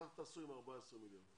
כך תעשו עם 14 מיליון.